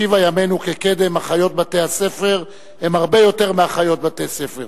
השיבה ימינו כקדם: אחיות בתי-הספר הן הרבה יותר מאחיות בתי-ספר.